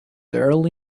early